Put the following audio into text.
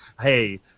hey